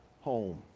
home